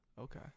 Okay